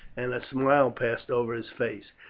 and a smile passed over his face,